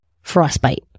Frostbite